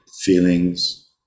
feelings